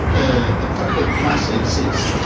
ah the fact that mass exists,